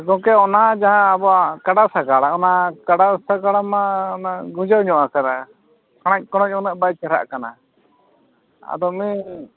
ᱜᱚᱝᱠᱮ ᱚᱱᱟ ᱡᱟᱦᱟᱸ ᱟᱵᱚᱣᱟᱜ ᱠᱟᱰᱟᱥᱟᱜᱟᱲ ᱚᱱᱟ ᱠᱟᱰᱟᱥᱟᱜᱟᱲ ᱢᱟ ᱚᱱᱟ ᱜᱩᱸᱡᱟᱹ ᱧᱚᱜ ᱟᱠᱟᱫᱟ ᱠᱟᱬᱟᱡ ᱠᱚᱬᱚᱡ ᱩᱱᱟᱹᱜ ᱵᱟᱭ ᱪᱮᱦᱨᱟᱜ ᱠᱟᱱᱟ ᱟᱫᱚ ᱩᱱᱤ